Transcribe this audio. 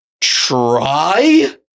try